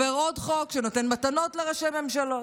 עובר עוד חוק שנותן מתנות לראשי ממשלות,